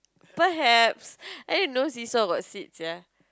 perhaps I didn't know seesaw got seats sia